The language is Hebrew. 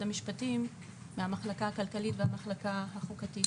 המשפטים מהמחלקה הכלכלית והמחלקה החוקתית.